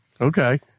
Okay